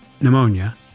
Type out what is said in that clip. pneumonia